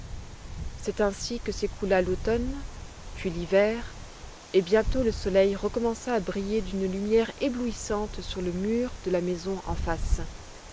c'est ainsi que s'écoula l'automne puis l'hiver et bientôt le soleil recommença à briller d'une lumière éblouissante sur le mur de la maison en face